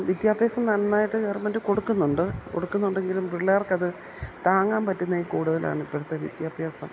വിദ്യാഭ്യാസം നന്നായിട്ട് ഗവർമെൻ്റ് കൊടുക്കുന്നുണ്ട് കൊടുക്കുന്നുണ്ടെങ്കിലും പിള്ളേർക്കത് താങ്ങാൻ പറ്റുന്നതിൽ കൂടുതലാണ് ഇപ്പോഴത്തെ വിദ്യാഭ്യാസം